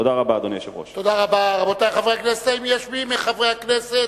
תודה רבה, אדוני היושב-ראש.